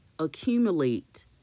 accumulate